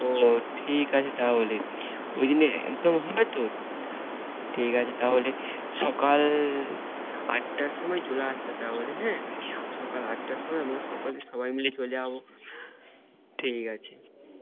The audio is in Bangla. ও ঠিক আছে তাহলে ওইদিনে একদম হবে তো ঠিক আছে তাহলে সকাল আটটার সময় চলে আসবে তাহলে হ্যাঁ সকাল আটটার সময় আমরা সকলে সবাই মিলে চলে যাবো ঠিক আছে